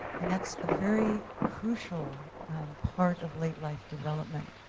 and that's a very crucial part of late life development.